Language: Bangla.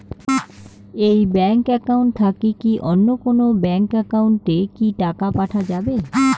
এই ব্যাংক একাউন্ট থাকি কি অন্য কোনো ব্যাংক একাউন্ট এ কি টাকা পাঠা যাবে?